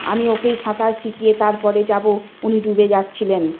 আমি ওকেই সাঁতার শিখিয়ে তার পরে যাব উনি ডুবে যাচ্ছিলেন